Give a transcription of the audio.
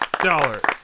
dollars